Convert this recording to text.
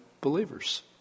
believers